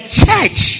church